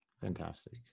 Fantastic